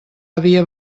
havia